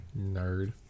nerd